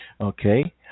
Okay